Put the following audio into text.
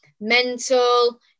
mental